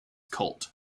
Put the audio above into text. cult